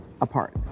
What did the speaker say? apart